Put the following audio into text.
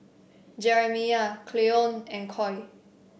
Jeremiah Cleone and Coy